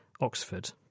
Oxford